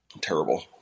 Terrible